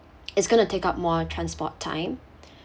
it's gonna take up more transport time